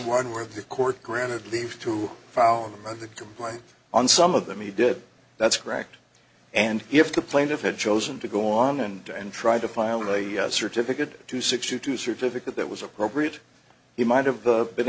one where the court granted leave to follow of the complaint on some of them he did that's correct and if the plaintiff had chosen to go on and on and tried to file a certificate to sixty two certificate that was appropriate he might have been